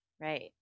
Right